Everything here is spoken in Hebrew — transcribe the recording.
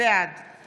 בעד מיקי לוי, בעד